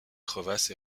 crevasse